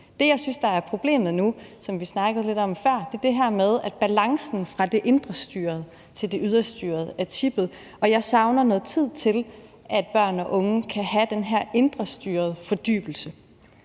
Det, som jeg synes er problemet nu, og som vi snakkede lidt om før, er det her med, at balancen fra det indrestyrede til det ydrestyrede er tippet, og jeg savner, at der er noget tid til, at børn og unge kan have den her indrestyrede fordybelse.